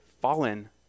fallen